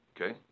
okay